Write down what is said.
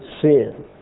sin